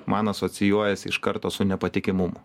man asocijuojasi iš karto su nepatikimumu